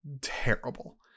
terrible